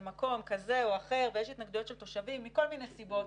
מקום כזה או אחר ויש התנגדויות של תושבים מכל מיני סיבות.